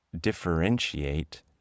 differentiate